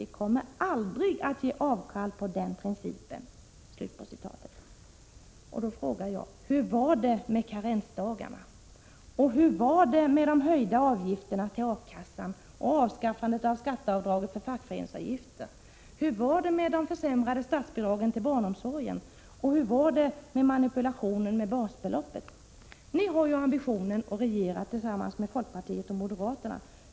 Vi kommer aldrig att ge avkall på den principen.” Då frågar jag: Hur var det med karensdagarna? Hur var det med de höjda avgifterna till A-kassan och avskaffandet av skatteavdraget för fackföreningsavgiften? Hur var det med de försämrade statsbidragen till barnomsorgen? Hur var det med manipulationen med basbeloppet? Ni har en ambition att regera tillsammans med folkpartiet och moderaterna.